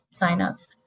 signups